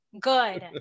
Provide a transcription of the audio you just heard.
good